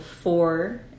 four